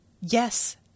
Yes